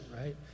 right